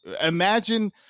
imagine